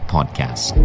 Podcast